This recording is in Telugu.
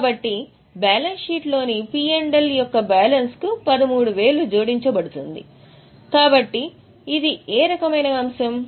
కాబట్టి బ్యాలెన్స్ షీట్లోని P L యొక్క బ్యాలెన్స్కు 13000 జోడించబడుతుంది కాబట్టి ఇది ఏ రకమైన అంశం